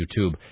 YouTube